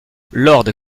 lord